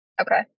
Okay